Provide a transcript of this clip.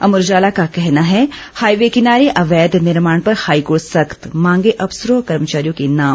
अमर उजाला का कहना है हाईवे किनारे अवैध निर्माण पर हाईकोर्ट सख्त मांगे अफसरों कर्मचारियों के नाम